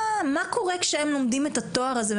מה קורה כשהם לומדים את התואר הזה,